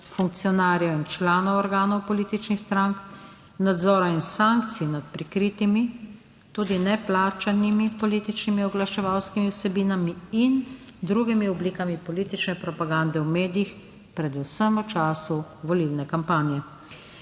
funkcionarjev in članov organov političnih strank, nadzora in sankcij nad prikritimi tudi neplačanimi političnimi oglaševalskimi vsebinami in drugimi oblikami politične propagande v medijih, predvsem v času volilne kampanje.